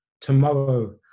tomorrow